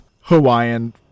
Hawaiian